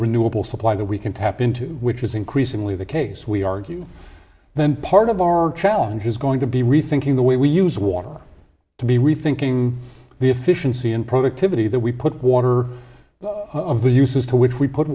renewable supply that we can tap into which is increasingly the case we argue then part of our challenge is going to be rethinking the way we use water to be rethinking the efficiency and productivity that we put water of the uses to which we put